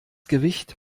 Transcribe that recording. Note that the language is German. gewicht